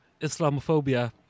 Islamophobia